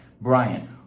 Brian